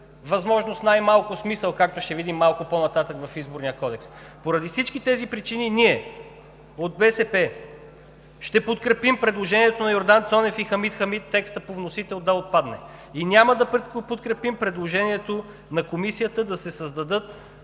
възможно с най-малко смисъл, както ще видим малко по-нататък в Изборния кодекс. Поради всички тези причини ние от БСП ще подкрепим предложението на Йордан Цонев и Хамид Хамид текстът по вносител да отпадне, и няма да подкрепим предложението на Комисията да се създадат